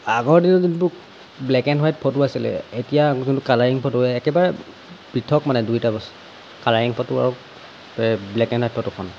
আগৰ দিনত যোনবোৰ ব্লেক এণ্ড হোৱাইট ফটো আছিলে এতিয়া যোনটো কালাৰিং ফটো একেবাৰে পৃথক মানে দুইটা বস্তু কালাৰিং ফটো আৰু ব্লেক এণ্ড হোৱাইট ফটোখন